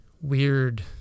weird